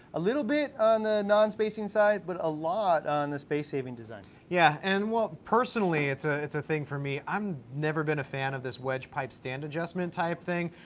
a little bit on the non-spacing side, but a lot on the space-saving design. yeah and well, personally, it's a it's a thing for me, i've never been a fan of this wedge pipe stand adjustment type thing.